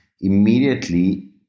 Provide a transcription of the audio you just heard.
immediately